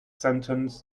sentence